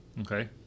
Okay